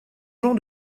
jean